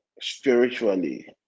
spiritually